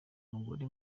mugore